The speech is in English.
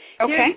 Okay